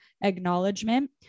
acknowledgement